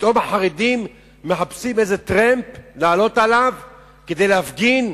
פתאום החרדים מחפשים איזה טרמפ לעלות עליו כדי להפגין?